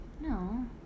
No